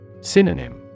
Synonym